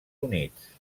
units